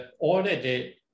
already